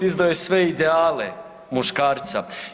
Izdao je sve ideale muškarca.